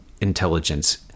intelligence